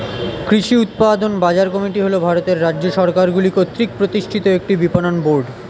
কৃষি উৎপাদন বাজার কমিটি হল ভারতের রাজ্য সরকারগুলি কর্তৃক প্রতিষ্ঠিত একটি বিপণন বোর্ড